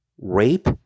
Rape